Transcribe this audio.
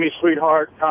Sweetheart